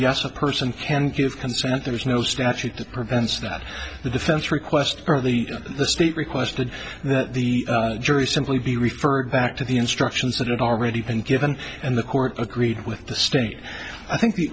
yes a person can give consent there is no statute that prevents that the defense request or the the state requested that the jury simply be referred back to the instructions that had already been given and the court agreed with the state i think the